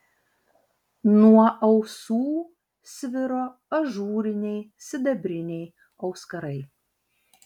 nuo ausų sviro ažūriniai sidabriniai auskarai